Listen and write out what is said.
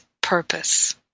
purpose